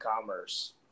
commerce